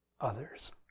others